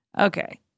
Okay